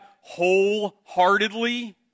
wholeheartedly